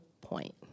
point